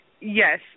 Yes